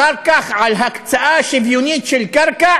אחר כך, על הקצאה שוויונית של קרקע